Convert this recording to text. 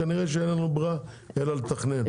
כנראה אין לנו בררה אלא לתכנן.